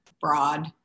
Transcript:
broad